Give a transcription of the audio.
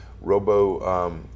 robo